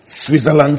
Switzerland